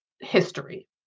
history